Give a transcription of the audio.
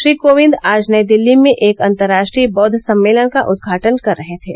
श्री कोविंद आज नई दिल्ली में एक अन्तर्राष्ट्रीय बौद्ध सम्मेलन का उद्घाटनकर रहे थे